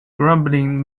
grumbling